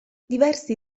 diversi